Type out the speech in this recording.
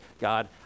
God